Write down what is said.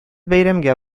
бәйрәмгә